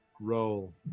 roll